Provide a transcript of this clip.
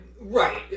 Right